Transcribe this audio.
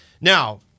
Now